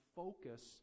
focus